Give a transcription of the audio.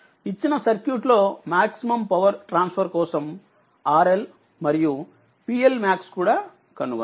ఇచ్చిన సర్క్యూట్ లో maximum power transfer కోసం RLమరియు PLmax కూడా కనుగొనండి